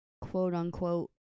quote-unquote